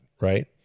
right